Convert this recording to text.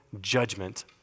judgment